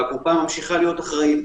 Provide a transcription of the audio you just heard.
והקופה ממשיכה להיות אחראית.